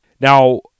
Now